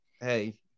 hey